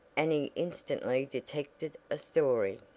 and he instantly detected a story.